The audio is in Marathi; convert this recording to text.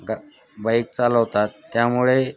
ग बाईक चालवतात त्यामुळे